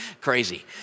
crazy